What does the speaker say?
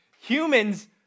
humans